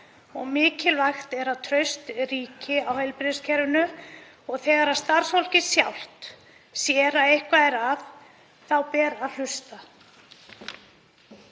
og mikilvægt er að traust ríki til heilbrigðiskerfisins. Þegar starfsfólkið sjálft sér að eitthvað er að þá ber að hlusta.